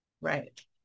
Right